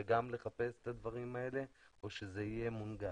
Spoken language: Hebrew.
לחפש את הדברים האלה או שזה יהיה מונגש?